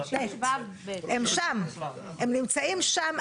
הם שם, הם נמצאים שם.